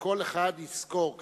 כל אחד יזכור,